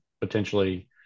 potentially